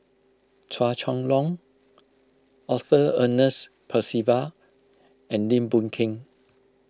Chua Chong Long Arthur Ernest Percival and Lim Boon Keng